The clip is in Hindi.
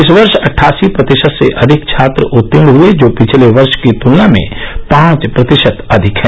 इस वर्ष अटठासी प्रतिशत से अधिक छात्र उर्तीण हर जो पिछले वर्ष की तलना में पांच प्रतिशत अधिक है